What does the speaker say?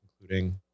including